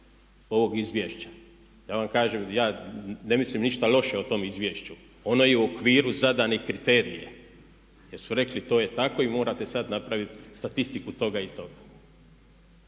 ovog izvješća. Ja vam kažem ja ne mislim ništa loše o tom izvješću, ono je u okviru zadanih kriterija, jer su rekli to je tako i morate sad napravit statistiku toga i toga.